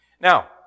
Now